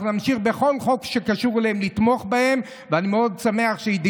אנחנו נמשיך לתמוך בהם בכל חוק שקשור אליהם,